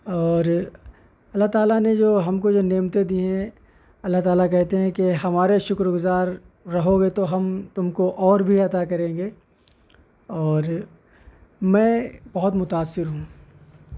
اور اللہ تعالیٰ نے جو ہم کو جو نعمتیں دی ہیں اللہ تعالیٰ کہتے ہیں کہ ہمارے شکرگزار رہوگے تو ہم تم کو اور بھی عطا کریں گے اور میں بہت متأثر ہوں